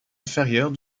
inférieure